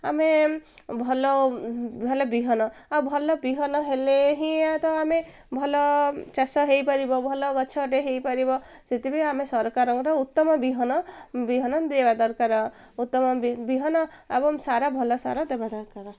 ଆମେ ଭଲ ଭଲ ବିହନ ଆଉ ଭଲ ବିହନ ହେଲେ ହିଁ ତ ଆମେ ଭଲ ଚାଷ ହେଇପାରିବ ଭଲ ଗଛଟେ ହେଇପାରିବ ସେଥିପାଇଁ ଆମେ ସରକାରଙ୍କଠୁ ଉତ୍ତମ ବିହନ ବିହନ ଦେବା ଦରକାର ଉତ୍ତମ ବିହନ ଏବଂ ସାର ଭଲ ସାର ଦେବା ଦରକାର